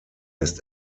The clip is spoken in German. ist